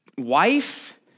Wife